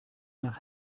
nach